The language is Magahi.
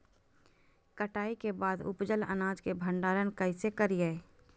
कटाई के बाद उपजल अनाज के भंडारण कइसे करियई?